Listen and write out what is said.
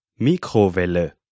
Mikrowelle